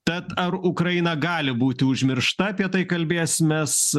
tad ar ukraina gali būti užmiršta apie tai kalbėsimės